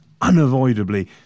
unavoidably